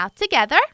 together